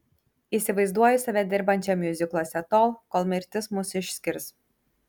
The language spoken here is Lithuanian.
įsivaizduoju save dirbančią miuzikluose tol kol mirtis mus išskirs